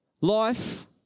Life